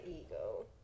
ego